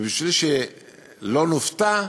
ובשביל שלא נופתע,